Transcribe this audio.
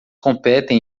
competem